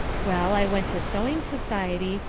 well, i went to sewing society,